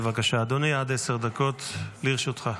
בבקשה, אדוני, עד עשר דקות לרשותך.